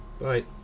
bye